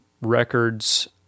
records